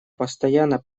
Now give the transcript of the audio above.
постоянно